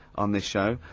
on this show,